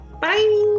bye